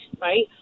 right